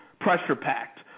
pressure-packed